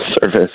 service